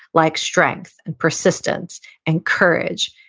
like strength and persistence and courage,